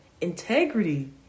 Integrity